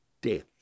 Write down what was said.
death